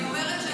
אני אומרת,